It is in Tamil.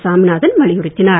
சாமிநாதன் வலியுறுத்தினார்